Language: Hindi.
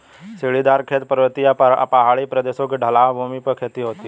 सीढ़ीदार खेत, पर्वतीय या पहाड़ी प्रदेशों की ढलवां भूमि पर खेती होती है